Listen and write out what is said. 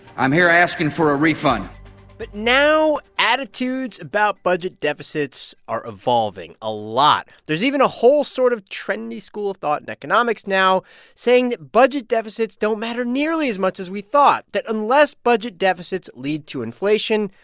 i'm here asking for a refund but now attitudes about budget deficits are evolving a lot. there's even a whole sort of trendy school of thought in economics now saying that budget deficits don't matter nearly as much as we thought that unless budget deficits lead to inflation,